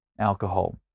alcohol